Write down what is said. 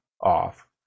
off